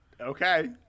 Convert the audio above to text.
Okay